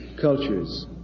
cultures